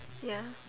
ya